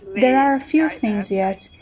there are few things, yet.